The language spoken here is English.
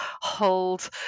hold